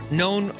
known